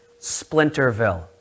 Splinterville